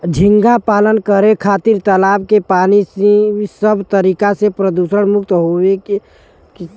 झींगा पालन करे खातिर तालाब के पानी सब तरीका से प्रदुषण मुक्त होये के चाही